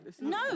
No